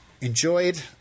enjoyed